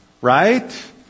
right